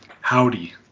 Howdy